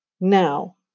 Now